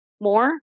more